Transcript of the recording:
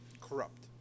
corrupt